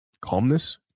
calmness